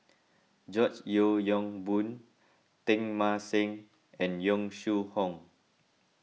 George Yeo Yong Boon Teng Mah Seng and Yong Shu Hoong